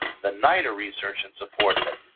the nida research in support of it.